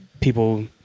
people